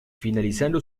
finalizando